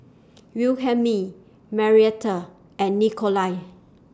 Wilhelmine Marietta and Nikolai